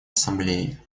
ассамблеи